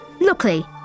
Luckily